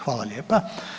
Hvala lijepa.